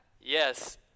Yes